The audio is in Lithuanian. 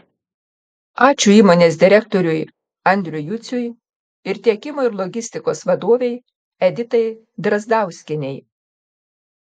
ačiū įmonės direktoriui andriui juciui ir tiekimo ir logistikos vadovei editai drazdauskienei